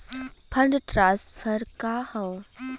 Fund transfer का हव?